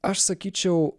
aš sakyčiau